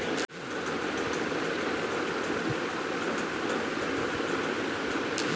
মেষ প্রজননে মানুষের প্রভাবের ফলস্বরূপ, মাদী ভেড়া প্রায়শই একাধিক মেষশাবক উৎপাদন করে